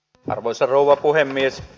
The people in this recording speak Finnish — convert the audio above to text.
arvoisa rouva puhemies